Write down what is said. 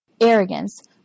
Arrogance